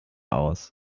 aus